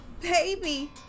Baby